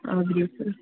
ಹೌದ್ರಿ ಸರ್